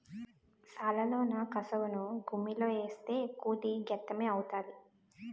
సాలలోన కసవను గుమ్మిలో ఏస్తే కుళ్ళి గెత్తెము అవుతాది